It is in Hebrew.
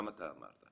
גם אתה אמרת.